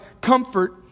comfort